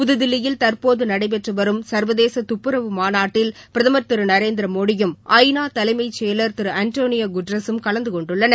புதுதில்லியில் தற்போது நடைபெற்று வரும் சா்வதேச துப்புரவு மாநாட்டில் பிரதமா் திரு நரேந்திமோடியும் ஐ நா தலைமைந் செயலர் திரு ஆண்டணியோ குட்ரஸும் கலந்து கொண்டுள்ளனர்